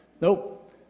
Nope